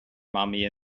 mommy